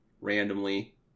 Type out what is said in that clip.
randomly